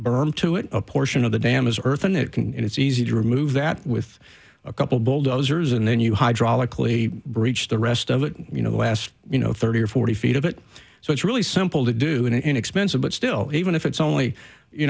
berm to it a portion of the dam is earthen it can and it's easy to remove that with a couple bulldozers and then you hydraulically breach the rest of it you know the last you know thirty or forty feet of it so it's really simple to do and inexpensive but still even if it's only you